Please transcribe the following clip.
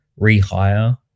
rehire